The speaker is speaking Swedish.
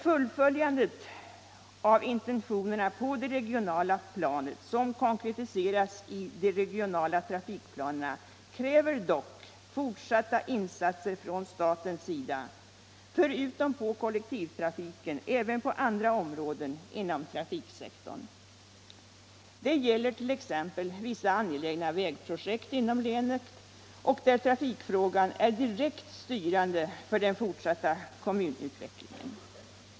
Fullföljandet av intentionerna på det regionala planet som konkretiserats i de regionala trafikplanerna kräver dock fortsatta insatser från statens sida förutom på kollektivtrafiken även på andra områden inom trafiksektorn. Det gäller t. ex vissa angelägna vägprojekt inom länet där trafikfrågan är direkt styrande för den fortsatta kommunutvecklingen.